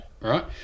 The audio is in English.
Right